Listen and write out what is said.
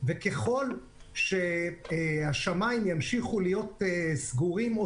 וככל שהשמים ימשיכו להיות סגורים או